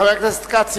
חבר הכנסת כץ,